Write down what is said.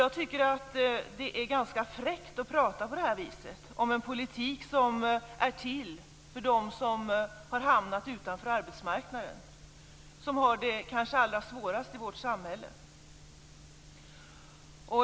Jag tycker att det är ganska fräckt att prata på detta vis om en politik som är till för dem som har hamnat utanför arbetsmarknaden och som kanske har det allra svårast i vårt samhälle.